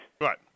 Right